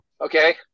Okay